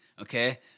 okay